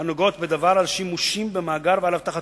הנוגעות בדבר, על השימושים במאגר ועל אבטחתו,